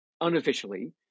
unofficially